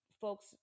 folks